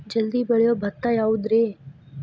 ಜಲ್ದಿ ಬೆಳಿಯೊ ಭತ್ತ ಯಾವುದ್ರೇ?